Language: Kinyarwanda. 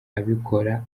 abikora